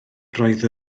roedd